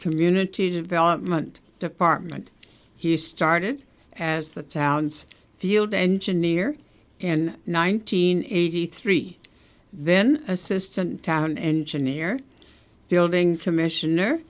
community development department he started as the town's field engineer in nineteen eighty three then assistant town engineer building commissioner